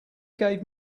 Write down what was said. gave